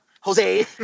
Jose